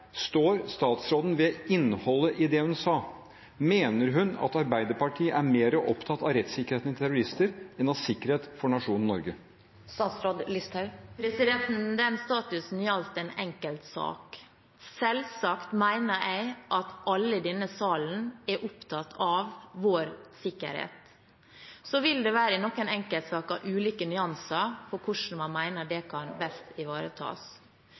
Står statsråden ved innholdet i det hun sa? Mener hun at Arbeiderpartiet er mer opptatt av rettssikkerheten til terrorister enn av sikkerheten for nasjonen Norge? Den statusen gjaldt en enkeltsak. Selvsagt mener jeg at alle i denne salen er opptatt av vår sikkerhet. Så vil det være, i noen enkeltsaker, ulike nyanser på hvordan man mener det best kan ivaretas.